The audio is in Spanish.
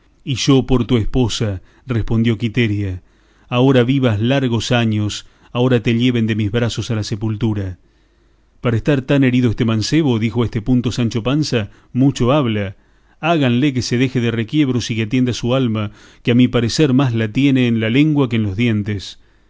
y yo por tu esposa respondió quiteria ahora vivas largos años ahora te lleven de mis brazos a la sepultura para estar tan herido este mancebo dijo a este punto sancho panza mucho habla háganle que se deje de requiebros y que atienda a su alma que a mi parecer más la tiene en la lengua que en los dientes